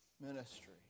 ministry